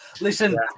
Listen